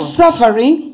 suffering